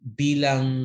bilang